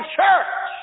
church